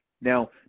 now